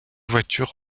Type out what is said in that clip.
voitures